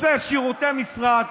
רוצה שירותי משרד,